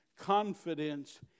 confidence